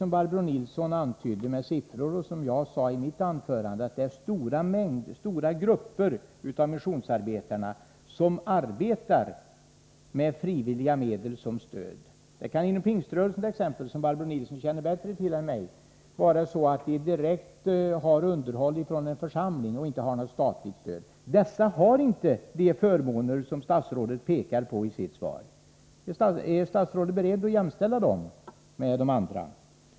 Som Barbro Nilsson i Örnsköldsvik antydde med siffror och som jag sade i mitt anförande, är det nämligen stora grupper av missionsarbetare som arbetar med frivilliga medel som stöd. Det kan exempelvis inom Pingströrelsen, som Barbro Nilsson känner bättre till än jag, vara så att man får underhåll direkt från en församling och inte har något statligt stöd. Dessa har inte de förmåner som statsrådet pekar på i sitt svar. Är statsrådet beredd att jämställa dem med de andra u-landsarbetarna?